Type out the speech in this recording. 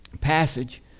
passage